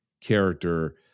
character